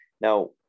Now